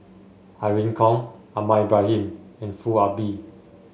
Irene Khong Ahmad Ibrahim and Foo Ah Bee